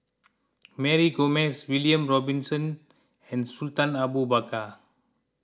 Mary Gomes William Robinson and Sultan Abu Bakar